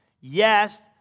Yes